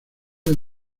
fue